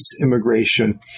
immigration